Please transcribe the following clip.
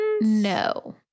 No